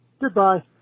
Goodbye